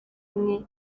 umwe